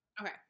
okay